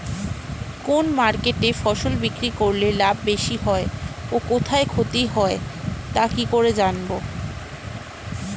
কোন মার্কেটে ফসল বিক্রি করলে লাভ বেশি হয় ও কোথায় ক্ষতি হয় তা কি করে জানবো?